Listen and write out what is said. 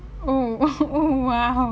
oh !wow! oh !wow!